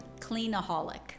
cleanaholic